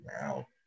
now